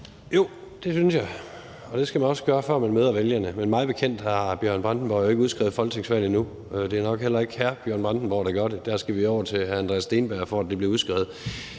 Jo, det synes jeg, og det skal man også gøre, før man møder vælgerne. Men mig bekendt har hr. Bjørn Brandenborg jo ikke udskrevet folketingsvalg endnu, det er nok heller ikke hr. Bjørn Brandenborg, der gør det – der skal vi over til hr. Andreas Steenberg, for at det bliver udskrevet.